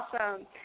Awesome